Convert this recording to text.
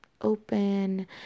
open